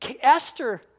Esther